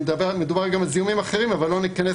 מדובר גם על זיהומים אחרים אבל לא ניכנס